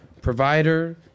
provider